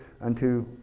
unto